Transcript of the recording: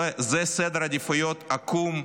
זה סדר עדיפויות עקום ופושע,